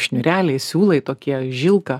šniūreliai siūlai tokie žilka